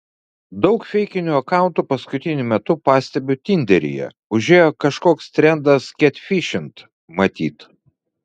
daug feikinių akauntų paskutiniu metu pastebiu tinderyje užėjo kažkoks trendas ketfišint matyt